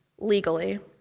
legally.